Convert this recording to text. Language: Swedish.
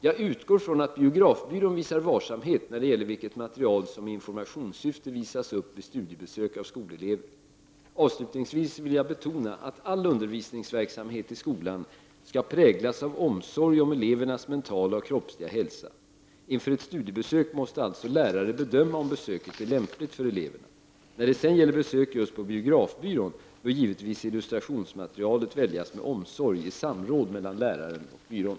Jag utgår från att biografbyrån visar varsamhet när det gäller vilket material som i informationssyfte visas upp vid studiebesök av skolelever. Avslutningsvis vill jag betona att all undervisningsverksamhet i skolan skall präglas av omsorg om elevernas mentala och kroppsliga hälsa. Inför ett studiebesök måste alltså lärare bedöma om besöket är lämpligt för eleverna. När det sedan gäller besök just på biografbyrån bör givetvis illustrationsmaterialet väljas med omsorg i samråd mellan läraren och byrån.